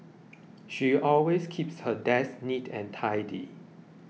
she always keeps her desk neat and tidy